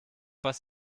pas